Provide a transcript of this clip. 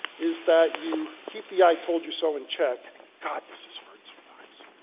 is that you keep the, i told you so in check, and god this is hard sometimes.